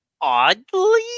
oddly